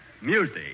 Music